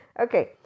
okay